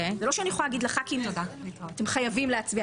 זה לא שאני יכולה להגיד לח"כים "אתם חייבים להצביע",